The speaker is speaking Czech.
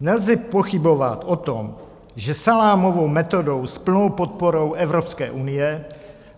Nelze pochybovat o tom, že salámovou metodou s plnou podporou Evropské unie